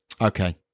okay